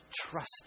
trust